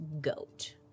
goat